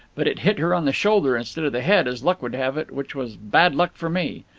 but it hit her on the shoulder instead of the head as luck would have it, which was bad luck for me.